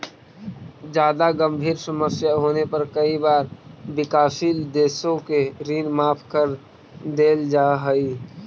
जादा गंभीर समस्या होने पर कई बार विकासशील देशों के ऋण माफ कर देल जा हई